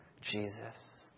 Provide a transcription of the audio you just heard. Jesus